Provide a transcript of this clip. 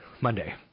Monday